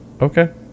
okay